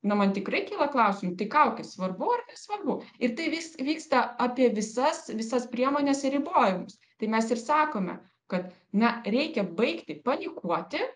na man tikrai kyla klausimų tai kaukės svarbu ar nesvarbu ir tai vys vyksta apie visas visas priemones ir ribojimus tai mes ir sakome kad na reikia baigti panikuoti